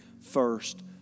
first